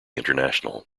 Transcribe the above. international